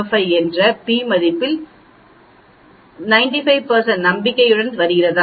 05 என்ற p மதிப்பில் அல்லது 95 நம்பிக்கையுடன் வருகிறதா